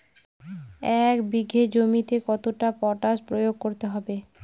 এক বিঘে জমিতে কতটা পটাশ প্রয়োগ করতে হবে?